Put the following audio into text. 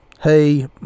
hey